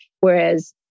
Whereas